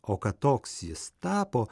o kad toks jis tapo